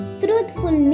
truthful